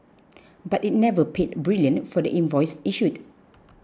but it never paid brilliant for the invoice issued